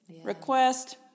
request